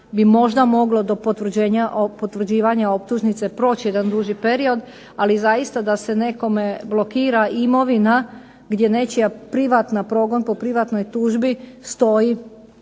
bi možda moglo do potvrđivanja optužnice proći jedan duži period, ali zaista da se nekome blokira imovina gdje nečiji privatni progon, po privatnoj tužbi stoji